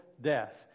death